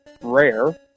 Rare